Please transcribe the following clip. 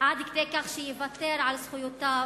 עד כדי כך שיוותר על זכויותיו,